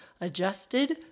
adjusted